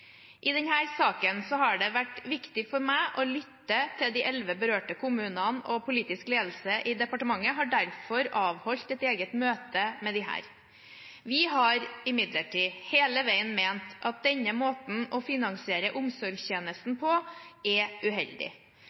I denne saken har det vært viktig for meg å lytte til de elleve berørte kommunene, og politisk ledelse i departementet har derfor avholdt et eget møte med dem. Vi har imidlertid hele veien ment at denne måten å finansiere omsorgstjenester på er uheldig.